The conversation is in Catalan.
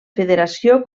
federació